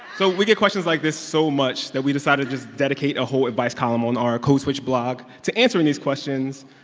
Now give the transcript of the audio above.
so we get questions like this so much that we decided to just dedicate a whole advice column on the our code switch blog to answering these questions.